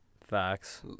Facts